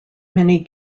many